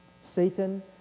Satan